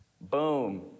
boom